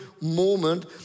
moment